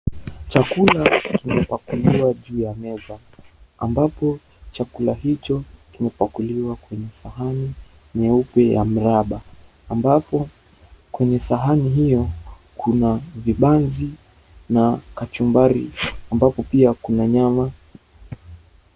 Chakula kimepakuliwa juu ya meza ambapo chakula hicho kimepakuliwa kwenye sahani nyeupe ya mraba. Ambapo kwenye sahani hyo kuna vibanzi na kachumbari ambapo pia kuna nyama.